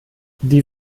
die